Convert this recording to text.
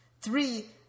Three